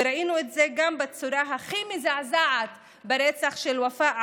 וראינו את זה גם בצורה הכי מזעזעת ברצח של ופאא